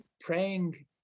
praying